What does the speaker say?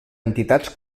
entitats